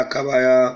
Kabaya